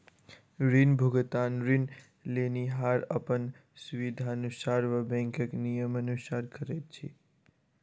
ऋण भुगतान ऋण लेनिहार अपन सुबिधानुसार वा बैंकक नियमानुसार करैत छै